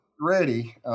ready